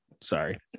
sorry